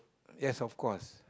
yes of course